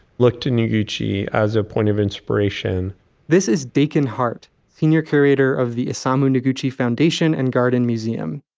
look to noguchi as a point of inspiration this is daikon hart, senior curator of the isamu noguchi foundation and garden museum.